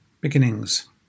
Beginnings